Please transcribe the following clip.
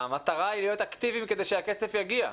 המטרה היא להיות אקטיביים כדי שהכסף יגיע.